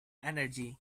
energy